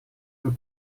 dal